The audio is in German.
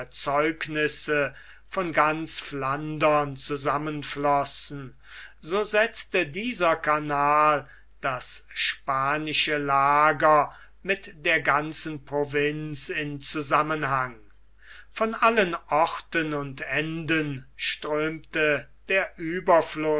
erzeugnisse von ganz flandern zusammenflossen so setzte dieser kanal das spanische lager mit der ganzen provinz in zusammenhang von allen orten und enden strömte der